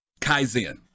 Kaizen